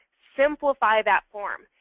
simplify that form.